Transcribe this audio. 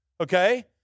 okay